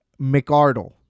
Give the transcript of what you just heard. McArdle